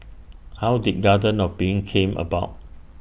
how did garden of being came about